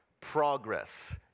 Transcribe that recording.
progress